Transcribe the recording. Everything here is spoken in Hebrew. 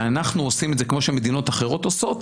שאנחנו עושים את זה כמו שמדינות אחרות עושות,